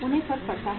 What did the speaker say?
उन्हें फर्क पड़ता है